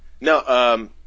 No